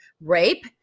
rape